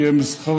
כי הם זכרים.